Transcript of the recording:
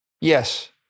Yes